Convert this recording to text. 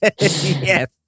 yes